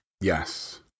Yes